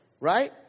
Right